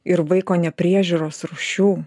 ir vaiko nepriežiūros rūšių